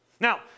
Now